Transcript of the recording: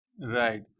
Right